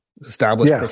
established